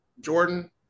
Jordan